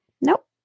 Nope